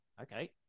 Okay